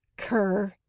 cur!